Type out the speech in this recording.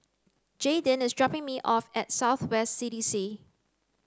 Jaydin is dropping me off at South West C D C